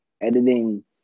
editing